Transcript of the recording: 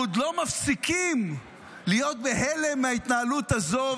אנחנו עוד לא מפסיקים להיות בהלם מההתנהלות הזו,